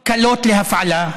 קלות להפעלה,